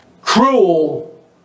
cruel